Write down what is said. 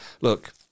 Look